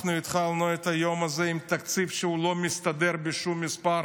אנחנו התחלנו את היום הזה עם תקציב שלא מסתדר בשום מספר.